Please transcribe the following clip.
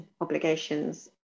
obligations